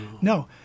No